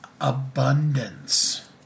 abundance